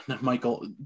Michael